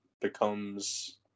becomes